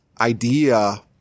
idea